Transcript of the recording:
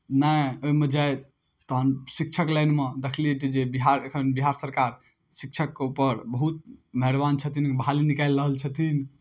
नहि ओहिमे जाइ तहन शिक्षक लाइनमे देखलियै तऽ जे बिहार एखन बिहार सरकार शिक्षकके ऊपर बहुत मेहरबान छथिन बहाली निकालि रहल छथिन